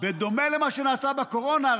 בדומה למה שנעשה בקורונה,